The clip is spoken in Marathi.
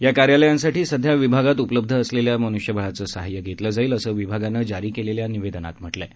या कार्यालयांसाठी सध्या विभागात उपलब्ध असलेल्या मनुष्यबळाचं सहाय्य घेतलं जाईल असं विभागानं जारी केलेल्या निवेदनात म्हटलं आहे